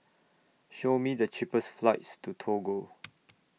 Show Me The cheapest flights to Togo